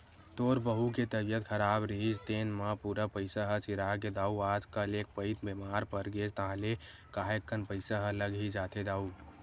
तोर बहू के तबीयत खराब रिहिस तेने म पूरा पइसा ह सिरागे दाऊ आजकल एक पइत बेमार परगेस ताहले काहेक कन पइसा ह लग ही जाथे दाऊ